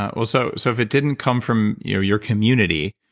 ah well so so, if it didn't come from your your community,